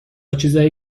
چیزایی